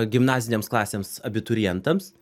gimnazinėms klasėms abiturientams